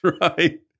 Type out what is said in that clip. right